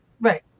right